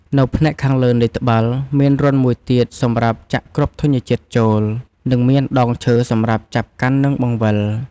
នៅផ្នែកខាងលើនៃត្បាល់ មានរន្ធមួយទៀតសម្រាប់ចាក់គ្រាប់ធញ្ញជាតិចូល និងមានដងឈើសម្រាប់ចាប់កាន់ និងបង្វិល។